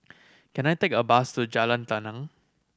can I take a bus to Jalan Tenang